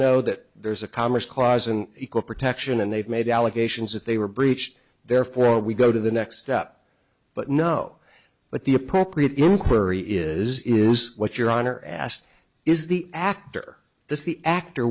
know that there's a commerce clause and equal protection and they've made allegations that they were breached therefore we go to the next step but no but the appropriate inquiry is is what your honor asked is the actor does the actor